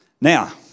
Now